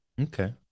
Okay